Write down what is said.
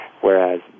whereas